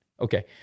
Okay